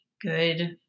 good